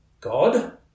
God